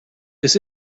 this